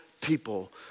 people